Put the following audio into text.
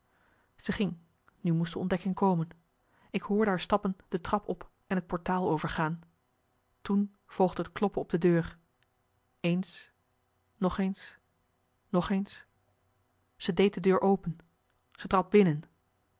ze ging nu moest de ontdekking komen ik hoorde haar stappen de trap op en het portaal overgaan toen volgde het kloppen op de deur marcellus emants een nagelaten bekentenis eens nog eens nog eens ze deed de deur open ze trad binnen